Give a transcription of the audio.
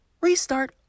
restart